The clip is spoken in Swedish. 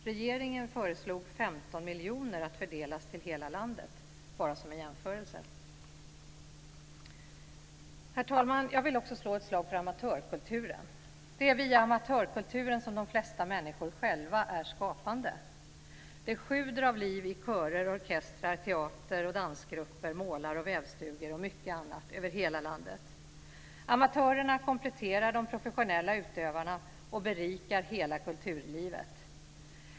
Regeringen föreslog 15 miljoner att fördelas till hela landet, bara som en jämförelse. Herr talman! Jag vill också slå ett slag för amatörkulturen. Det är via amatörkulturen som de flesta människor själva är skapande. Det sjuder av liv i körer, orkestrar, teater och dansgrupper, målar och vävstugor och mycket annat över hela landet. Amatörerna kompletterar de professionella utövarna och berikar hela kulturlivet.